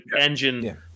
engine